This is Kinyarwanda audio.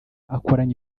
akoranya